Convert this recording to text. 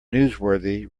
newsworthy